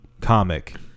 comic